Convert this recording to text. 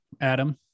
Adam